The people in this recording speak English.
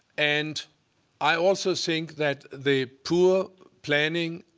and i also think that the poor planning,